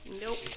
Nope